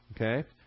okay